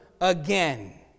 again